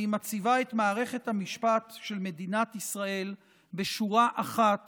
והיא מציבה את מערכת המשפט של מדינת ישראל בשורה אחת